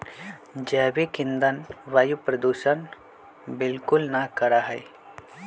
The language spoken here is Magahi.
जैविक ईंधन वायु प्रदूषण बिलकुल ना करा हई